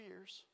years